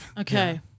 Okay